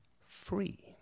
free